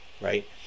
right